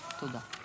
תודה.